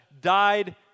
died